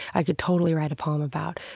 i could totally write a poem about,